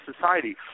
society